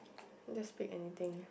just pick anything